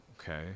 okay